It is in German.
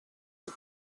ist